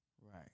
Right